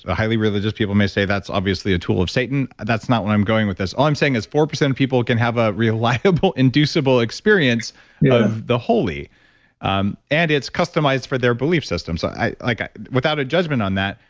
ah highly religious people may say that's obviously a tool of satan. that's not where i'm going with this. all i'm saying is four percent of people can have a reliable, inducible experience of the holy um and it's customized for their belief system. so like without a judgment on that,